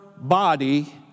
body